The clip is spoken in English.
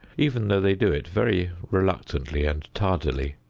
even though they do it very reluctantly and tardily.